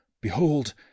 Behold